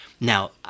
Now –